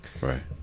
Right